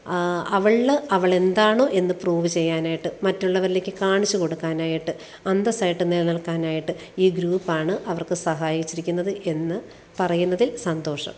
അവൾ അവളെന്താണോ എന്ന് പ്രൂവ് ചെയ്യാനായിട്ട് മറ്റുള്ളവരിലേക്ക് കാണിച്ച് കൊടുക്കാനായിട്ട് അന്തസ്സായിട്ട് നിലനിൽക്കാനായിട്ട് ഈ ഗ്രൂപ്പാണ് അവർക്ക് സഹായിച്ചിരിക്കുന്നത് എന്ന് പറയുന്നതിൽ സന്തോഷം